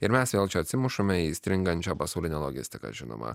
ir mes vėl atsimušame į stringančią pasaulinę logistiką žinoma